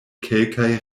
kelkaj